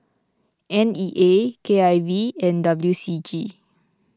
N E A K I V and W C G